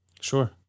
Sure